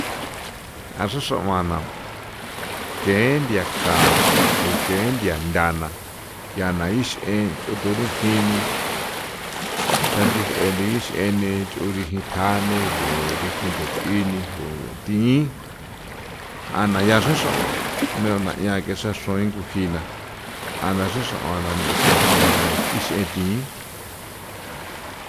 Ja xra xrauan na ke nthia ka ko ke nthia na ntha ncha ixin thu rijini xran chijeni ni cho rijin thjani ko rijin nthachi ni ko thin jaana yaa xraxrao'an nuna ke xra xruin ko nguji na ana xraxra'uan nexin nchi ya na ix'en thi.